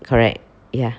correct ya